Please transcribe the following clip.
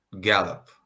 gallop